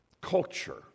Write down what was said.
culture